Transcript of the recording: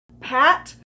pat